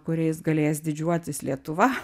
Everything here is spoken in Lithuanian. kuriais galės didžiuotis lietuva